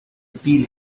repeal